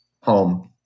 home